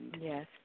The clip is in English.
Yes